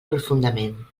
profundament